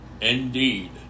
indeed